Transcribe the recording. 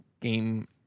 game